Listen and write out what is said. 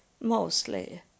mostly